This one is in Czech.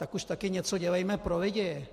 Tak už také něco dělejme pro lidi!